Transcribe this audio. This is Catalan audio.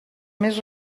més